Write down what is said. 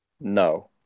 No